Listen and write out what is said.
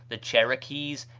the cherokees,